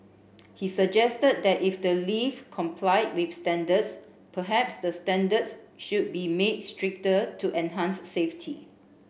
he suggested that if the lift complied with standards perhaps the standards should be made stricter to enhance safety